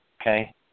Okay